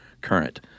current